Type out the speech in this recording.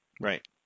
Right